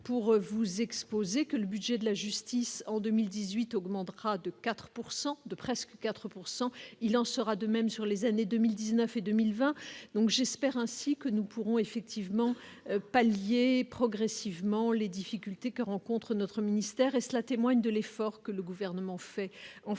pour vous exposez que le budget de la justice en 2018 augmentera de 4 pourcent de de presque 4 pourcent il il en sera de même sur les années 2019, 2020, donc j'espère ainsi que nous pourrons effectivement palier progressivement les difficultés que rencontre notre ministère et cela témoigne de l'effort que le gouvernement fait en faveur